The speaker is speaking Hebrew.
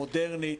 מודרנית,